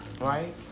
right